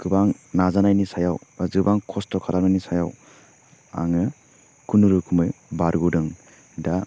गोबां नाजानायनि सायाव गोबां खस्थ' खालामनायनि सायाव आङो खुनुरुखुमै बारग'दों दा